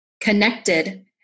connected